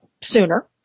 sooner